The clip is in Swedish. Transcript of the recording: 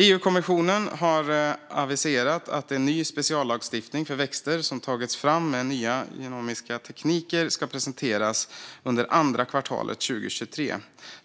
EU-kommissionen har aviserat att en ny speciallagstiftning för växter som tagits fram med nya genomiska tekniker ska presenteras under andra kvartalet 2023,